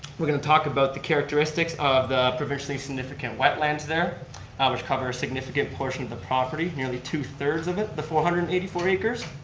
we're going to talk about the characteristics of the provincially significant wetlands there which cover a significant portion of the property, nearly two thirds of it, the four hundred and eighty four acres.